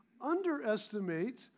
underestimate